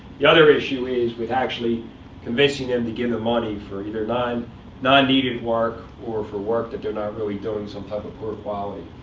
the other issue is with actually convincing them to give them money for either non-needed work or for work that they're not really doing some type of poor quality.